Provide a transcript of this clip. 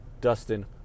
Dustin